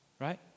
Right